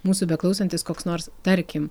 mūsų beklausantis koks nors tarkim